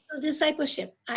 discipleship